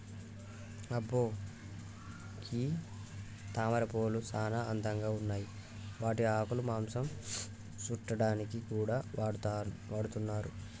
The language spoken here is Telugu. అబ్బో గీ తామరపూలు సానా అందంగా ఉన్నాయి వాటి ఆకులు మాంసం సుట్టాడానికి కూడా వాడతున్నారు